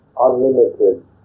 unlimited